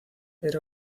era